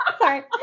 sorry